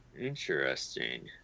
Interesting